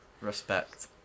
respect